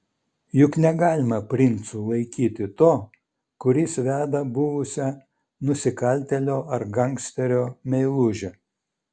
juk negalima princu laikyti to kuris veda buvusią nusikaltėlio ar gangsterio meilužę